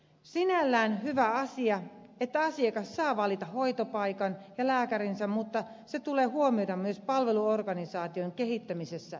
sinällään on hyvä asia että asiakas saa valita hoitopaikan ja lääkärinsä mutta se tulee huomioida myös palveluorganisaation kehittämisessä ja rahoituksessa